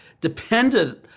dependent